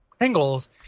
angles